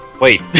Wait